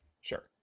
Sure